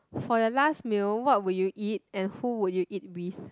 for your last meal what would you eat and who would you eat with